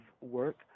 work